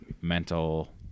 mental